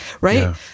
Right